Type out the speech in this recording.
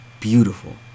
Beautiful